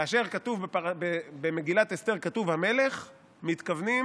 כאשר כתוב במגילת אסתר "המלך" מתכוונים